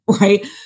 Right